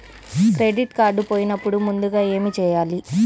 Credit card పోయినపుడు ముందుగా ఏమి చేయాలి?